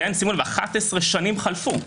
11 שנים חלפו